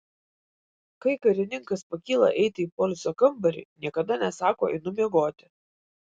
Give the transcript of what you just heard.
kai karininkas pakyla eiti į poilsio kambarį niekada nesako einu miegoti